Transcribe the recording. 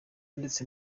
ndetse